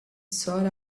sought